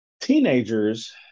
teenagers